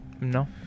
No